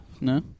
no